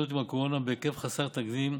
להתמודדות עם הקורונה בהיקף חסר תקדים,